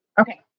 Okay